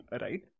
right